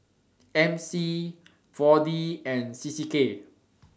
MC four D and CCK